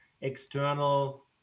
external